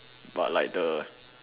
but like the